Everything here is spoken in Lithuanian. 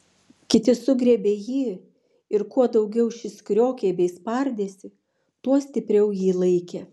kiti sugriebė jį ir kuo daugiau šis kriokė bei spardėsi tuo stipriau jį laikė